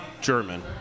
German